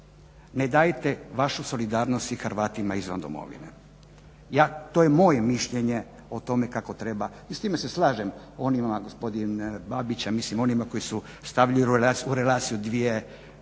ne dajete vašu solidarnost i Hrvatima izvan domovine. To je moje mišljenje o tome kako treba i s time se slažem onima, gospodin Babića mislim, oni koji su stavili u relaciju dvije